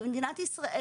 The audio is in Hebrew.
במדינת ישראל,